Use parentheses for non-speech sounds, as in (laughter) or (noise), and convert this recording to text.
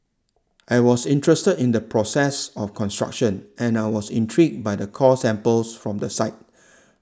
I was interested in the process of construction and I was intrigued by the core samples from the site (noise)